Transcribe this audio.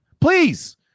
Please